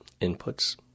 inputs